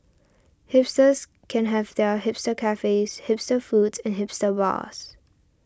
hipsters can have their hipster cafes hipster foods and hipster bars